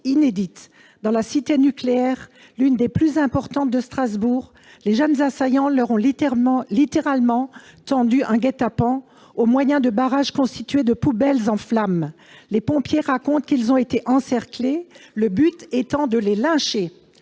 Dans la Cité nucléaire, l'une des plus importantes de Strasbourg, les jeunes assaillants leur ont littéralement tendu un guet-apens, au moyen de barrages constitués de poubelles en flammes. Les pompiers racontent qu'ils ont été encerclés, le but étant de les lyncher.